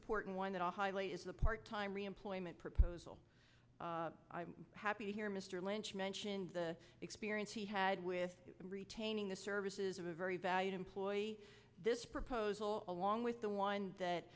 important one that i highly is the part time employment proposal i'm happy to hear mr lynch mentioned the experience he had with retaining the services of a very valued employee this proposal along with the ones that